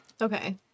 Okay